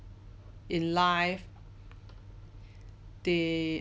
in life they